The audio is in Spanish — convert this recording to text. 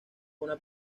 una